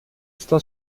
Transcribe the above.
está